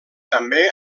també